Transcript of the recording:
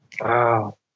Wow